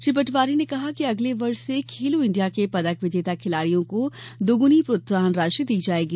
श्री पटवारी ने कहा कि अगले वर्ष से खेलो इण्डिया के पदक विजेता खिलाड़ियों को दोगुनी प्रोत्साहन राशि दी जायेगी